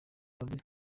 fabrice